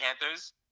Panthers